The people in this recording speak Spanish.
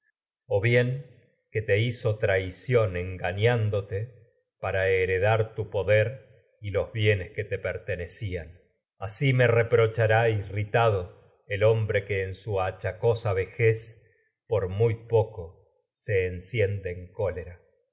o bien tu que te hizo traición y gañándote heredar me poder los bienes que te pertenecían asi en su reprochará irritado el hombre por que en achacosa vejez muy poco por se enciende cólera